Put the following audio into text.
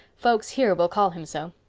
folks here will call him so.